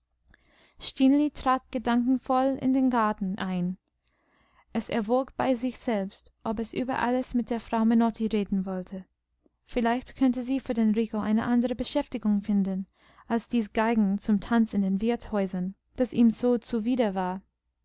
stineli trat gedankenvoll in den garten ein es erwog bei sich selbst ob es über alles mit der frau menotti reden wollte vielleicht könnte sie für den rico eine andere beschäftigung finden als dies geigen zum tanz in den wirtshäusern das ihm so zuwider war